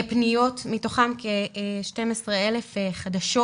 פניות, מתוכן כ-12,000 חדשות.